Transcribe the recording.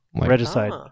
Regicide